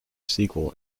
sequel